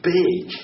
big